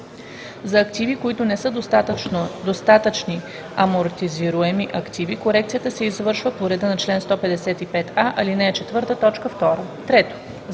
за активи, които не са данъчни амортизируеми активи – корекцията се извършва по реда на чл. 155а, ал. 4, т. 2; 3.